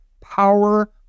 Power